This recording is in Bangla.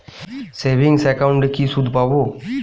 সেভিংস একাউন্টে কি সুদ পাব?